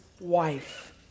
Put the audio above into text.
wife